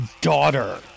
daughter